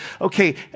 okay